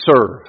serve